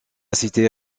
cité